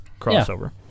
crossover